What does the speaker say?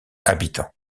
habitants